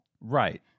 Right